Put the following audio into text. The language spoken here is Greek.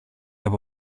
από